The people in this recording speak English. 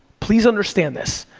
please understand this.